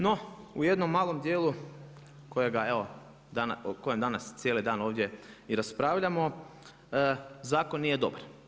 No, u jednom malom dijelu, kojega evo, o kojemu danas cijeli dan ovdje i raspravljamo, zakon nije dobar.